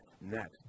next